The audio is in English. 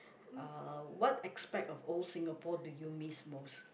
uh what aspect of old Singapore do you miss most